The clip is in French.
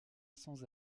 sans